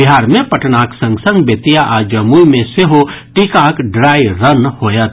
बिहार मे पटनाक संग संग बेतिया आ जमूई मे सेहो टीकाक ड्राईरन होयत